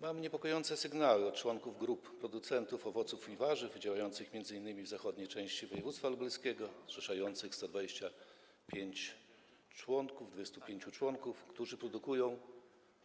Mam niepokojące sygnały od członków grup producentów owoców i warzyw działających m.in. w zachodniej części województwa lubelskiego, zrzeszających 125 członków, którzy produkują